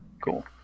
cool